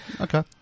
Okay